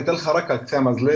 אני אתן לך רק על קצה המזלג,